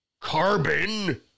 carbon